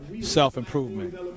self-improvement